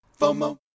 FOMO